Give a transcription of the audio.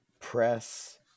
press